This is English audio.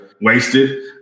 wasted